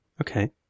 Okay